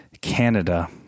canada